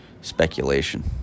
speculation